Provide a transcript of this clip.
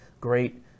great